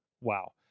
wow